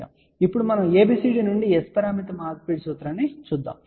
ఇప్పుడు మనము ABCD నుండి S పారామితి మార్పిడి సూత్రాన్ని ఉపయోగించబోతున్నాము